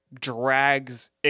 drags